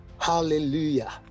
hallelujah